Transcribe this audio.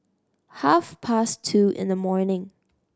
half past two in the morning